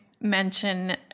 mention